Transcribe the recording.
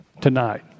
tonight